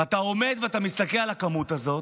ואתה עומד ואתה מסתכל על הכמות הזאת,